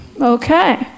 okay